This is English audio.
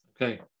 okay